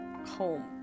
home